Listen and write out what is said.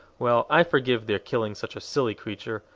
well, i forgive their killing such a silly creature!